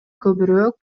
көбүрөөк